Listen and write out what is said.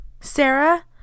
Sarah